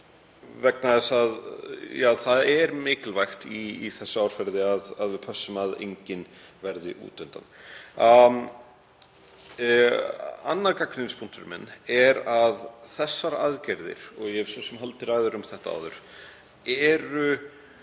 gera slíkt. Það er mikilvægt í þessu árferði að við pössum að enginn verði út undan. Annar gagnrýnispunktur minn er að þessar aðgerðir, og ég hef svo sem haldið ræður um þetta áður, eru